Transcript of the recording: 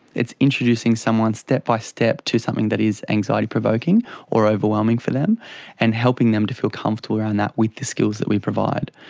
it's introducing someone step-by-step to something that is anxiety provoking or overwhelming for them and helping them to feel comfortable around that with the skills that we provide.